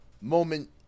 moment